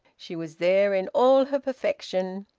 she was there in all her perfection.